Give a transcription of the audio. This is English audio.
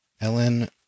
Ellen